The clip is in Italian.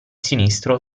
sinistro